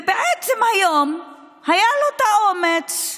ובעצם היום היה לו האומץ,